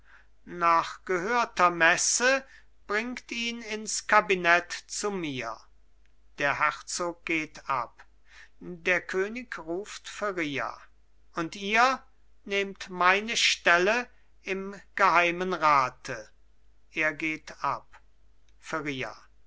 nach gehörter messe bringt ihn ins kabinett zu mir der herzog geht ab der könig ruft feria und ihr nehmt meine stelle im geheimen rate er geht ab